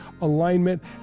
alignment